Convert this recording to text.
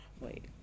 Wait